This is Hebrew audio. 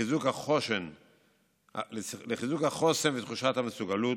לחיזוק החוסן ותחושת המסוגלות.